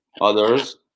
others